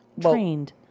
trained